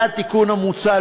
זה התיקון המוצע,